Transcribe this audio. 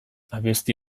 abesti